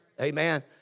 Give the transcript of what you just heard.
Amen